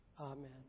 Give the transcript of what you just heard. Amen